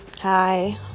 Hi